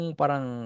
parang